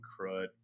crud